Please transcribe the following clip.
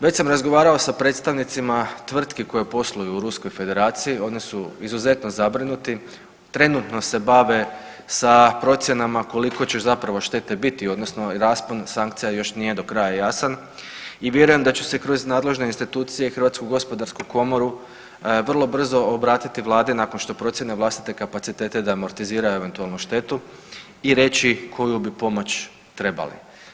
Već sam razgovarao sa predstavnicima tvrtki koje posluju u Ruskoj Federaciji oni su izuzetno zabrinuti, trenutno se bave sa procjenama koliko će zapravo štete biti odnosno raspon sankcija još nije do kraja jasan i vjerujem da će se kroz nadležne institucije i HGK vrlo brzo obratiti Vladi nakon što procijene vlastite kapacitete da amortiziraju eventualnu štetu i reći koju bi pomoć trebali.